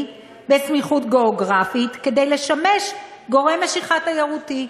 בסמיכות גיאוגרפית כדי לשמש גורם משיכה תיירותי.